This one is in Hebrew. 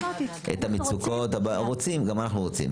אמרתי שאנחנו רוצים --- "רוצים" - גם אנחנו רוצים.